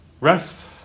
Rest